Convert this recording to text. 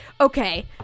okay